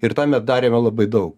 ir tą mes darėme labai daug